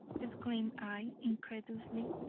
exclaimed i, incredulously,